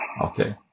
Okay